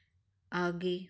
आगे